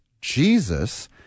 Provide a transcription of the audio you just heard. Jesus